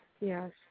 yes